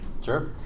Sure